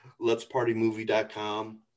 letspartymovie.com